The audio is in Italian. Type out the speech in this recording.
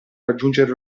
raggiungere